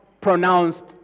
pronounced